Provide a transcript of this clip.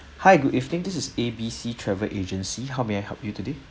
hi good evening this is A B C travel agency how may I help you today